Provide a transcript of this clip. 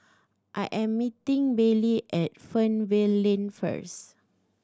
I am meeting Baylee at Fernvale Lane first